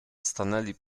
stanęli